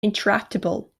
intractable